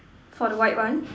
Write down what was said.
for the white one